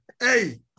Hey